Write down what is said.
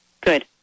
Good